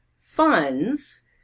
funds